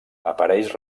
apareix